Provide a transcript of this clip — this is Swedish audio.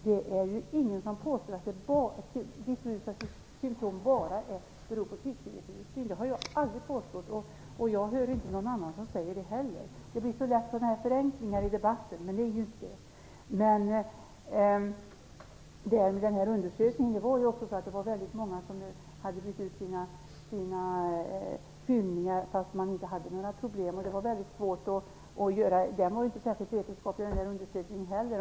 Det är ingen som påstår att diffusa symtom bara beror på kvicksliverförgiftning. Det har jag aldrig påstått, och jag har inte heller hört någon annan som har sagt det. Det blir så lätt förenklingar i debatten, men det är ju inte fråga om det. När det gäller den här undersökningen var det väldigt många som hade bytt ut sina fyllningar fast de inte hade några problem, så det var väldigt svårt att göra en ordentlig undersökning. Den var inte heller särskilt vetenskaplig.